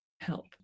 help